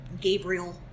Gabriel